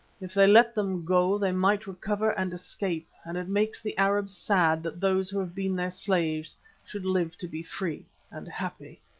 if they let them go they might recover and escape, and it makes the arabs sad that those who have been their slaves should live to be free and happy.